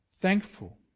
thankful